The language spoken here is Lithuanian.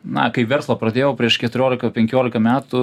na kai verslą pradėjau prieš keturiolika penkiolika metų